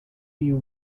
you